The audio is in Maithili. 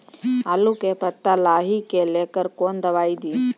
आलू के पत्ता लाही के लेकर कौन दवाई दी?